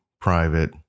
private